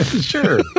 Sure